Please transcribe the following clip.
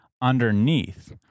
underneath